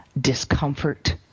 discomfort